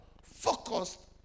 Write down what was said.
focused